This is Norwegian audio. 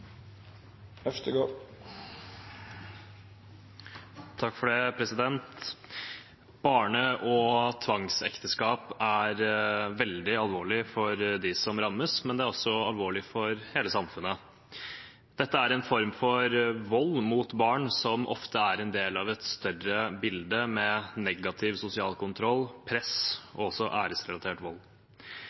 Barne- og tvangsekteskap er veldig alvorlig for dem som rammes, men det er også alvorlig for hele samfunnet. Dette er en form for vold mot barn som ofte er en del av et større bilde med negativ sosial kontroll, press og æresrelatert vold.